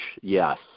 yes